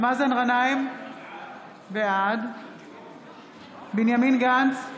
מאזן גנאים, בעד בנימין גנץ,